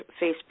Facebook